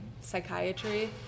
psychiatry